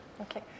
Okay